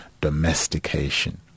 domestication